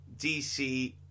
DC